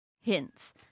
hints